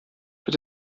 für